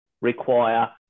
require